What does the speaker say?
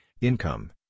income